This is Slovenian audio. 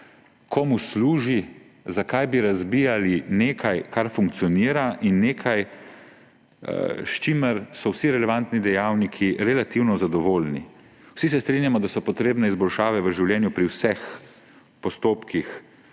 komu služi. Zakaj bi razbijali nekaj, kar funkcionira, in nekaj, s čimer so vsi relevantni dejavniki relativno zadovoljni. Vsi se strinjamo, da so potrebne izboljšave v življenju pri vseh postopkih.